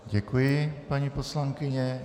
Děkuji, paní poslankyně.